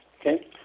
okay